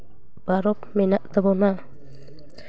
ᱯᱚᱨᱚᱵᱽ ᱢᱮᱱᱟᱜ ᱛᱟᱵᱚᱱᱟ